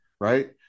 right